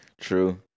True